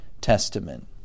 Testament